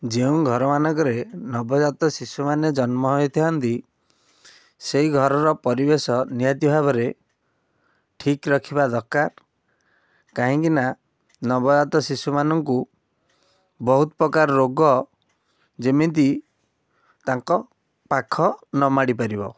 ଯେଉଁ ଘର ମାନଙ୍କରେ ନବଜାତ ଶିଶୁମାନେ ଜନ୍ମ ହୋଇଥାଆନ୍ତି ସେହି ଘରର ପରିବେଶ ନିହାତି ଭାବରେ ଠିକ ରଖିବା ଦରକାର କାହିଁକିନା ନବଜାତ ଶିଶୁମାନଙ୍କୁ ବହୁତ ପ୍ରକାର ରୋଗ ଯେମିତି ତାଙ୍କ ପାଖ ନ ମାଡ଼ି ପାରିବ